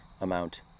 amount